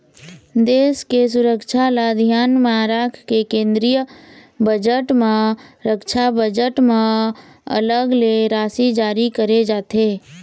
देश के सुरक्छा ल धियान म राखके केंद्रीय बजट म रक्छा बजट म अलग ले राशि जारी करे जाथे